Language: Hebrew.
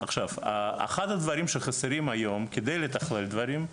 עכשיו אחד הדברים שחסרים היום כדי לתכלל דברים,